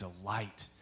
delight